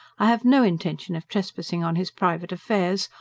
i have no intention of trespassing on his private affairs,